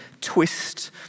twist